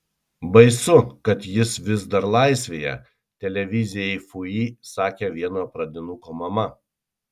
baisu kad jis vis dar laisvėje televizijai fuji sakė vieno pradinuko mama